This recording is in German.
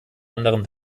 anderen